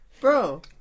Bro